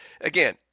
again